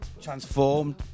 transformed